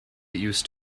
used